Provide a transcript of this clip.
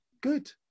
good